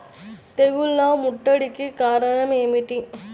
తెగుళ్ల ముట్టడికి కారణం ఏమిటి?